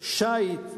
שיט,